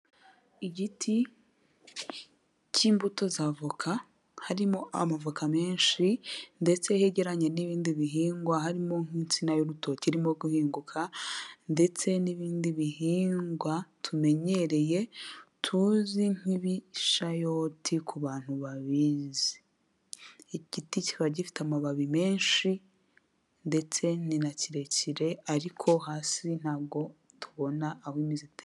Igiti cy'imbuto za avoka, harimo amavoka menshi ndetse hegereranye n'ibindi bihingwa harimo nk'insina y'urutoki irimo guhinguka ndetse n'ibindi bihingwa tumenyereye tuzi nk'ibishayoti ku bantu babizi. Igiti kiba gifite amababi menshi, ndetse ni na kirekire ariko hasi ntabwo tubona aho imizi ite